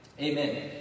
Amen